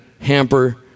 hamper